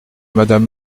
madame